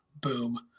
boom